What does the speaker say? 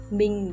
mình